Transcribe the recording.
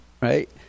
right